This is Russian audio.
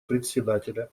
председателя